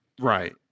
Right